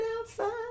outside